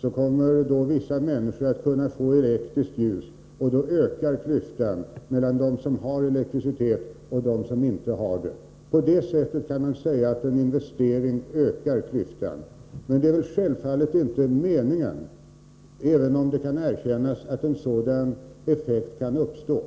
Då kommer vissa människor att kunna få elektriskt ljus, vilket ökar klyftan mellan dem som har elektricitet och dem som inte har det. På det sättet kan man säga att en investering ökar klyftan. Men det är självfallet inte meningen — även om det skall erkännas att en sådan effekt kan uppstå.